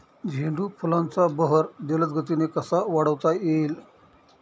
झेंडू फुलांचा बहर जलद गतीने कसा वाढवता येईल?